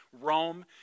Rome